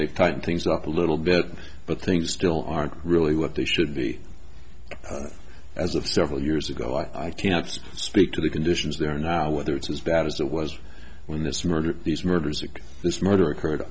they tighten things up a little bit but things still aren't really what they should be as of several years ago i can't speak to the conditions there now whether it's as bad as it was when this murder these murders like this murder occurred